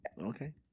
Okay